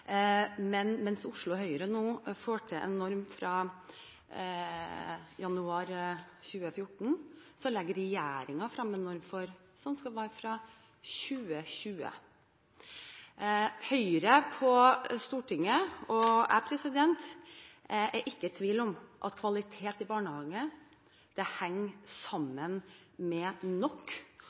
Mens Oslo Høyre nå får til en norm fra januar 2014, legger regjeringen frem en norm som skal være fra 2020. Høyre på Stortinget og jeg er ikke i tvil om at kvalitet i barnehager henger sammen med nok